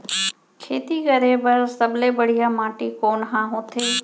खेती करे बर सबले बढ़िया माटी कोन हा होथे?